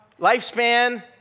lifespan